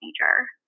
major